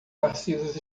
narcisos